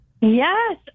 Yes